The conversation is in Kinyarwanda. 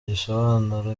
gisobanura